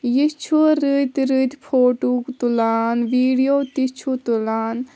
یہِ چُھ رٕتۍ رٕتۍ فوٹو تُلان ویٖڈیو تہِ چُھ تُلان